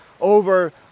over